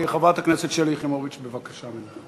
חברת הכנסת שלי יחימוביץ, בבקשה.